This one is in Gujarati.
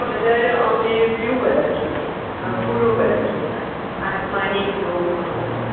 કલર અમને બ્લૂ કલર જોઈએ છે ભૂરો કલર જોઈશે આસમાની જેવો ભૂરો કલર